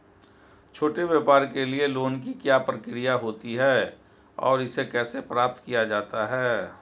छोटे व्यापार के लिए लोंन की क्या प्रक्रिया होती है और इसे कैसे प्राप्त किया जाता है?